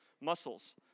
muscles